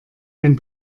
ein